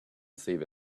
save